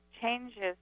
changes